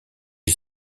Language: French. est